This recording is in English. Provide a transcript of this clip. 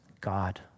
God